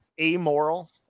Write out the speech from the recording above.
amoral